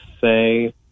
say